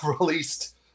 released